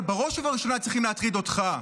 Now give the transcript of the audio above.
אבל בראש ובראשונה צריכים להטריד אותך.